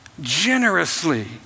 generously